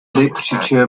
literature